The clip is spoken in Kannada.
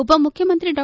ಉಪಮುಖ್ಯಮಂತ್ರಿ ಡಾ